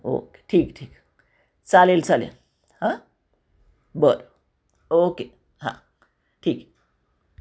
okay ठीक ठीक चालेल चालेल हा बरं ओके हा ठीक आहे